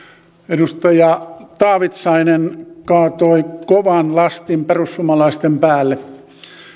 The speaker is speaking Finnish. edustaja taavitsainen kaatoi kovan lastin perussuomalaisten päälle